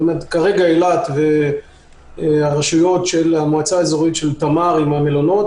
כרגע אילת והרשויות של המועצה האזורית תמר עם המלונות,